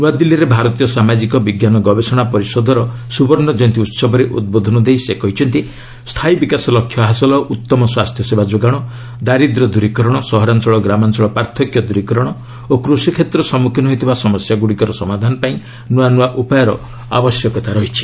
ନୂଆଦିଲ୍ଲୀରେ ଭାରତୀୟ ସାମାଜିକ ବିଜ୍ଞାନ ଗବେଷଣା ପରିଷଦର ସୁବର୍ଣ୍ଣ ଜୟନ୍ତୀ ଉହବରେ ଉଦ୍ବୋଧନ ଦେଇ ସେ କହିଛନ୍ତି ସ୍ଥାୟୀ ବିକାଶ ଲକ୍ଷ୍ୟ ହାସଲ ଉତ୍ତମ ସ୍ୱାସ୍ଥ୍ୟସେବା ଯୋଗାଣ ଦାରିଦ୍ର୍ୟ ଦୂରୀକରଣ ସହରାଞ୍ଚଳ ଗ୍ରାମାଞ୍ଚଳ ପାର୍ଥକ୍ୟ ଦୂରୀକରଣ ଓ କୃଷିକ୍ଷେତ୍ର ସମ୍ମୁଖୀନ ହେଉଥିବା ସମସ୍ୟାଗୁଡ଼ିକର ସମାଧାନପାଇଁ ନୃଆ ନୃଆ ଉପାୟର ଆବଶ୍ୟକତା ରହିଛି